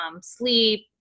sleep